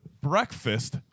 breakfast